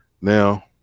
now